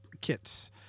kits